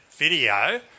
video